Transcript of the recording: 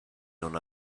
non